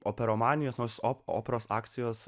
operų manijos nors operos akcijos